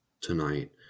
tonight